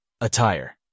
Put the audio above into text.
Attire